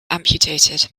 amputated